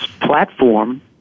platform